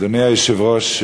אדוני היושב-ראש,